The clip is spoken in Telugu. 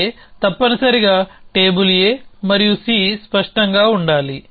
A తప్పనిసరిగా టేబుల్ A మరియు C స్పష్టంగా ఉండాలి